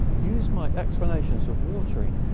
use my explanations of watering,